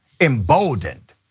emboldened